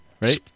right